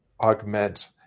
augment